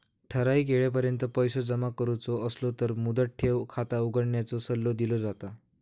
ठराइक येळेपर्यंत पैसो जमा करुचो असलो तर मुदत ठेव खाता उघडण्याचो सल्लो दिलो जाता